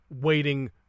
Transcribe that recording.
waiting